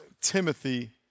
Timothy